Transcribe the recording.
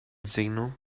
signal